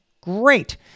Great